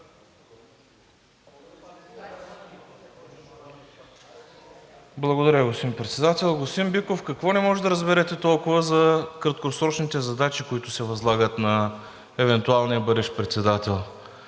Благодаря, господин Председател. Господин Биков, какво не може да разберете толкова за краткосрочните задачи, които се възлагат на евентуалния бъдещ председател?